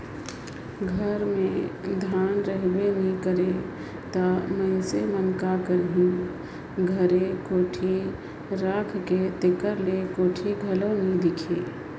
घर मे धान रहबे नी करे ता मइनसे मन का करही घरे कोठी राएख के, तेकर ले कोठी घलो नी दिखे